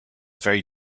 very